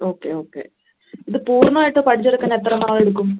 okay okay ഇത് പൂർണ്ണമായിട്ട് പഠിച്ചെടുക്കാൻ എത്ര നാളെടുക്കും